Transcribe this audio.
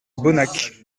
bonnac